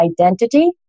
identity